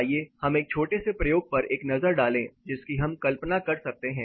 आइए हम एक छोटे से प्रयोग पर एक नज़र डालें जिसकी हम कल्पना कर सकते हैं